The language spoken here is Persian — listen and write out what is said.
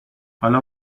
حالا